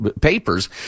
papers